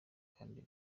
kandi